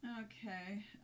Okay